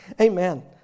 Amen